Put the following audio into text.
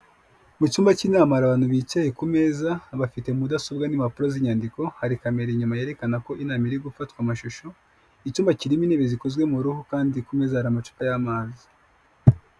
Mu cyumba kinama hari abantu bicaye ku meza, bafite mudasobwa n'impapuro z'inyandiko hari kamera inyuma yerekana ko inama irigufatwa amashusho, icymba kirimo intebe zikozwe mu ruhu kandi ku meza hari amacupa y'amazi.